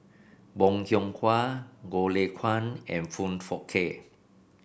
Bong Hiong Hwa Goh Lay Kuan and Foong Fook Kay